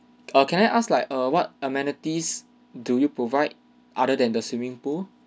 err can I ask like err what amenities do you provide other than the swimming pool